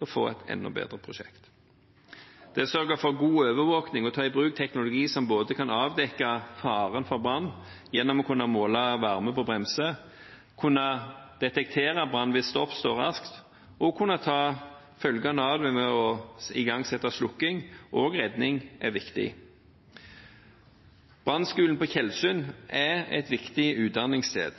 å sørge for god overvåkning og ta i bruk teknologi som både kan avdekke faren for brann gjennom å kunne måle varme på bremse, kunne detektere brann hvis det oppstår raskt, og kunne ta følgen av det ved å igangsette slukking og redning, er viktig. Brannskolen på Tjeldsund er et viktig utdanningssted.